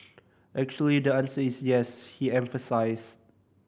actually the answer is yes he emphasised